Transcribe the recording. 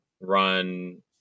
run